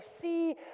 see